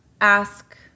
ask